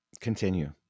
Continue